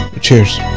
Cheers